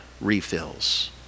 refills